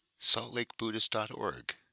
saltlakebuddhist.org